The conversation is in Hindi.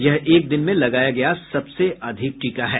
यह एक दिन में लगाया गया सबसे अधिक टीका है